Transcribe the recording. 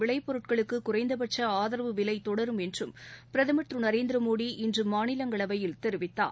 விளைப்பொருட்களுக்கு குறைந்தபட்ச ஆதரவு விலை தொடரும் என்றும் பிரதம் திரு நரேந்திர மோடி இன்று மாநிலங்களவையில் தெரிவித்தார்